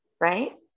right